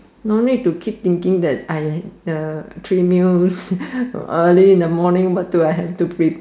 no need to keep thinking that I uh three meals early in the morning what do I have to prepare